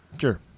Sure